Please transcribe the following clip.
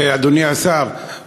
אדוני השר,